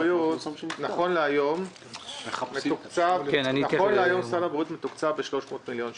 נכון להיום סל הבריאות מתוקצב ב-300 מיליון שקלים.